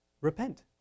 Repent